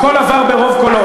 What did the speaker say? הכול עבר ברוב קולות.